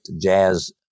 jazz